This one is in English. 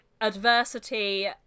adversity